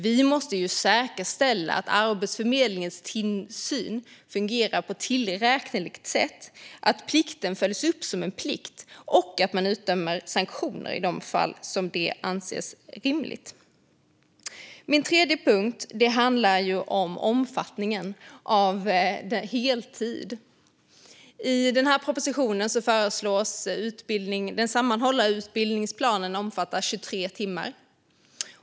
Vi måste ju säkerställa att Arbetsförmedlingens tillsyn fungerar ordentligt, att plikten följs upp som en plikt och att man utdömer sanktioner i de fall det anses rimligt. Det tredje gäller omfattningen av heltid. I propositionen föreslås den sammanhållna utbildningsplanen omfatta 23 timmar.